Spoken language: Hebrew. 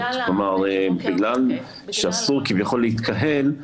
כלומר בגלל שאסור כביכול להתקהל,